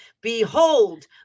behold